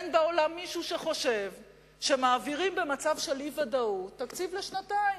אין בעולם מישהו שחושב שבמצב של אי-ודאות מעבירים תקציב לשנתיים,